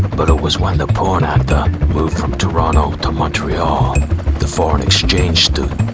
but it was when the porn actor moved from toronto to montreal the foreign exchange student